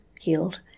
healed